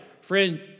Friend